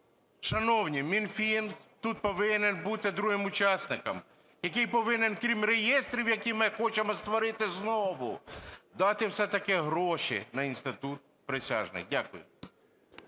Шановні, Мінфін тут повинен бути другим учасником, який повинен, крім реєстрів, які ми хочемо створити знову, дати все-таки гроші на інститут присяжних. Дякую.